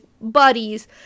buddies